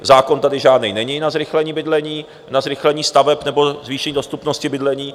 Zákon tady žádný není na zrychlení bydlení, na zrychlení staveb nebo zvýšení dostupnosti bydlení.